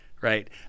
Right